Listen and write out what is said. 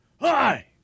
hi